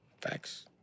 Facts